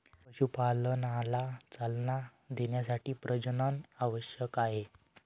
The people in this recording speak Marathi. पशुपालनाला चालना देण्यासाठी प्रजनन आवश्यक आहे